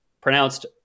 Pronounced